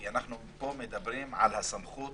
כי אנחנו פה מדברים על הסמכות